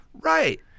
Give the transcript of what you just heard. Right